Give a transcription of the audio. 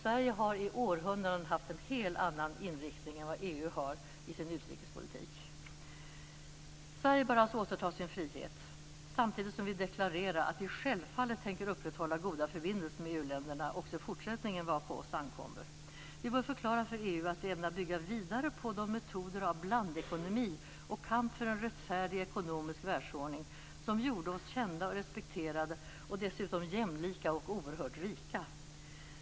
Sverige har i århundraden haft en helt annan inriktning än vad EU har i sin utrikespolitik. Sverige bör alltså återta sin frihet, samtidigt som vi deklarerar att vi självfallet tänker upprätthålla goda förbindelser med EU-länderna också i fortsättningen vad på oss ankommer. Vi bör förklara för EU att vi ämnar bygga vidare på de metoder av blandekonomi och kamp för en rättfärdig ekonomisk världsordning som gjorde oss kända och respekterade och dessutom jämlika och oerhört rika.